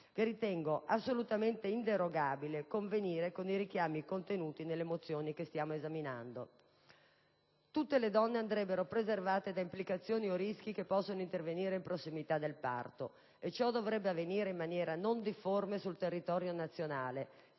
ritengo assolutamente inderogabile convenire con i richiami contenuti nelle mozioni che stiamo esaminando. Tutte le donne andrebbero preservate da implicazioni o rischi che possono intervenire in prossimità del parto e ciò dovrebbe avvenire in maniera non difforme sul territorio nazionale,